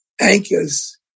anchors